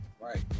right